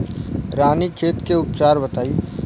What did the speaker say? रानीखेत के उपचार बताई?